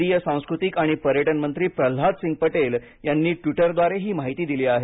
केंद्रीय सांस्कृतिक आणि पर्यटनमंत्री प्रह्लादसिंग पटेल यांनी ट्विटर द्वारे ही माहिती दिली आहे